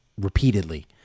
repeatedly